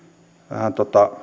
vähän